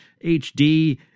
HD